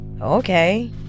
Okay